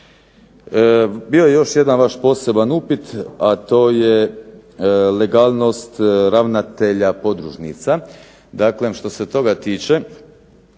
Bio je još jedan vaš poseban upit, a to je legalnost ravnatelja podružnica.